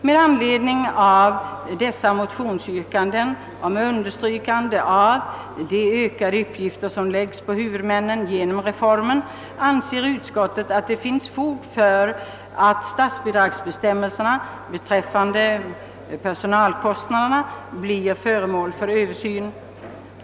Med anledning av dessa motionsyrkanden och med understrykande av de ökade uppgifter som läggs på huvudmännen genom reformen anför utskottet, att det finns fog för att statsbidragsbestämmelserna beträffande personalkostnaderna blir föremål för översyn.